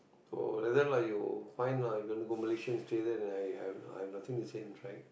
so like that lah you find lah if you want to go Malaysian stay there I I got nothing to say in fact